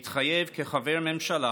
מתחייב כחבר הממשלה